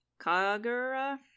kagura